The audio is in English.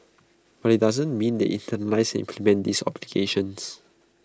but IT doesn't mean they internalise and implement these obligations